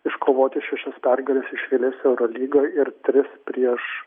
iškovoti šešias pergales iš eilės eurolygoj ir tris prieš